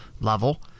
level